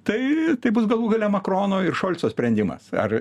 tai tai bus galų gale makrono ir šolco sprendimas ar